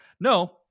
No